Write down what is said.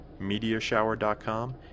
mediashower.com